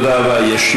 תודה רבה, אדוני.